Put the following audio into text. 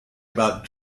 about